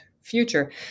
future